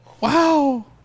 Wow